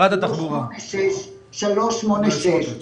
386,